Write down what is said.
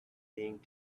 being